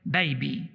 baby